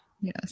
yes